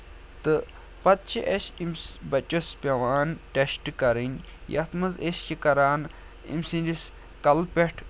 تہٕ پَتہٕ چھِ اَسہِ أمِس بَچَس پٮ۪وان ٹٮ۪سٹ کَرٕنۍ یَتھ منٛز أسۍ چھِ کَران أمۍ سٕنٛدِس کَلہٕ پٮ۪ٹھ